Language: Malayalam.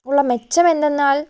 ഉള്ള മെച്ചമെന്തെന്നാൽ